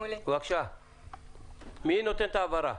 מי נותן את ההבהרה?